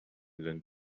learn